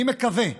אני מקווה,